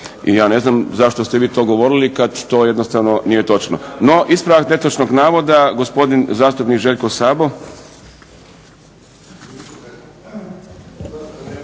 ja ne znam zašto ste vi to govorili kada to jednostavno nije točno. No, ispravak netočnog navoda gospodin zastupnik Željko Sabo.